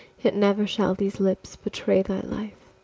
yet never shall these lips bewray thy life!